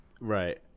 right